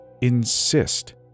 insist